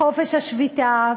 בחופש השביתה,